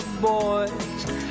boys